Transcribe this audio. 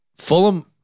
Fulham